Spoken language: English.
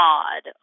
odd